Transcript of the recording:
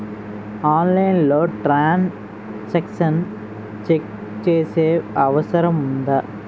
ఆన్లైన్లో transaction check చేసే అవకాశం ఉందా?